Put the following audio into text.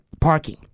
parking